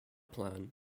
plan